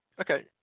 okay